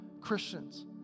Christians